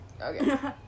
Okay